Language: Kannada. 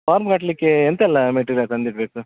ಫಾರ್ಮ್ ಮಾಡಲಿಕ್ಕೆ ಎಂಥೆಲ್ಲ ಮೆಟೀರಿಯಲ್ ತಂದಿಡಬೇಕು